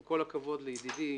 עם כל הכבוד לידידי,